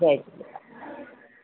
Jay Jhulelal